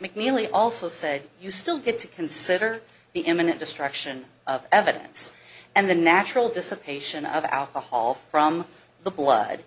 mcneely also say you still get to consider the imminent destruction of evidence and the natural dissipation of alcohol from the blood